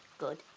good.